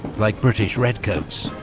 like british redcoats.